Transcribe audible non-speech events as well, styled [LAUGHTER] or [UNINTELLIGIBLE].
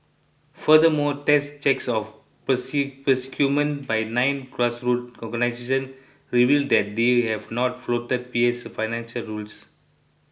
furthermore test checks of [UNINTELLIGIBLE] procurement by nine grass root organization revealed that they have not flouted P A' s financial rules